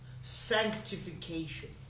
sanctification